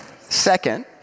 Second